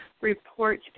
report